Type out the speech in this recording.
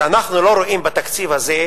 שאנחנו לא רואים בתקציב הזה